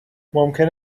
ممکن